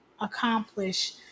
accomplish